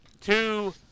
Two